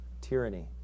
tyranny